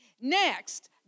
Next